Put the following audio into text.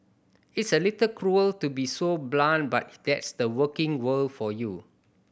it's a little cruel to be so blunt but that's the working world for you